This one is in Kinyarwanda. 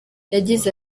yagize